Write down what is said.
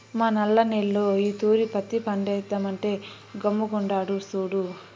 మా నల్ల నేల్లో ఈ తూరి పత్తి పంటేద్దామంటే గమ్ముగుండాడు సూడు